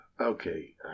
okay